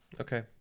Okay